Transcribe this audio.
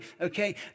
okay